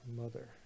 mother